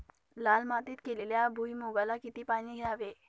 लाल मातीत केलेल्या भुईमूगाला किती पाणी द्यावे?